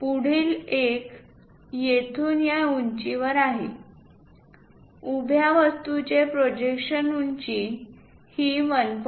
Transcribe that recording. पुढील एक येथून या उंचीवर आहे उभ्या वस्तूची प्रोजेक्शन उंची ही 1